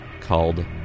called